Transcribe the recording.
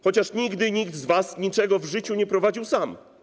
Chociaż nigdy nikt z was niczego w życiu nie prowadził sam.